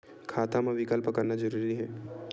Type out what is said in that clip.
खाता मा विकल्प करना जरूरी है?